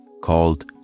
called